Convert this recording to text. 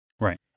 Right